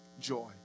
joy